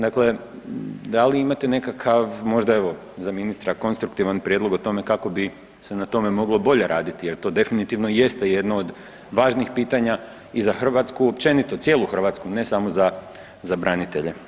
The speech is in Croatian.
Dakle, da li imate nekakav možda evo za ministra konstruktivan prijedlog o tome kako bi se moglo na tome bolje raditi jer to definitivno jeste jedno od važnih pitanja i za Hrvatsku općenito cijelu Hrvatsku ne samo za branitelje.